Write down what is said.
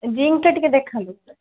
ଏ ଜିଙ୍କ୍ଟା ଟିକେ ଦେଖାନ୍ତୁ